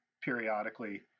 periodically